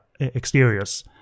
exteriors